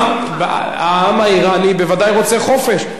העם האירני בוודאי רוצה חופש.